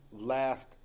last